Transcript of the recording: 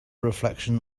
reflection